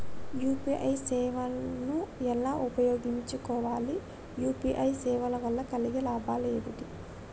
UPI సేవను ఎలా ఉపయోగించు కోవాలి? యూ.పీ.ఐ సేవల వల్ల కలిగే లాభాలు ఏమిటి?